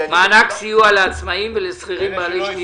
כללי --- מענק סיוע לעצמאיים ולשכירים בעלי שליטה.